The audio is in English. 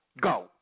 Go